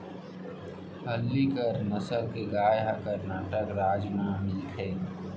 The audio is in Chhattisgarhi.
हल्लीकर नसल के गाय ह करनाटक राज म मिलथे